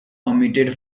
omitted